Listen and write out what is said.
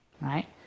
right